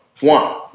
One